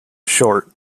short